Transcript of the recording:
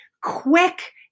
quick